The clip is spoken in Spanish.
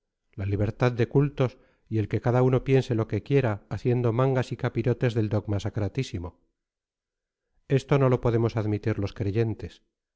la libertad de cultos y el que cada uno piense lo que quiera haciendo mangas y capirotes del dogma sacratísimo esto no lo podemos admitir los creyentes